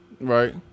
Right